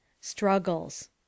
Struggles